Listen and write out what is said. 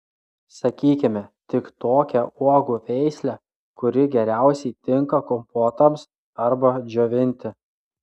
sakykime tik tokią uogų veislę kuri geriausiai tinka kompotams arba džiovinti